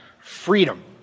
freedom